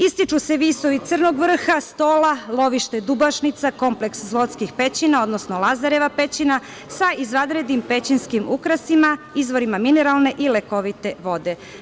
Ističu se visovi Crnog vrha, Stola, lovište Dubašnica, kompleks Zlotskih pećina, odnosno Lazareva pećina, sa izvanrednim pećinskim ukrasima, izvorima mineralne i lekovite vode.